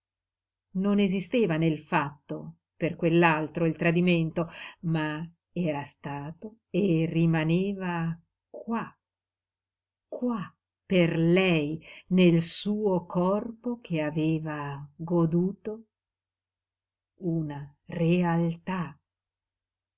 non esisteva nel fatto per quell'altro il tradimento ma era stato e rimaneva qua qua per lei nel suo corpo che aveva goduto una realtà